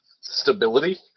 Stability